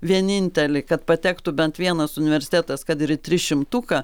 vienintelį kad patektų bent vienas universitetas kad ir į trišimtuką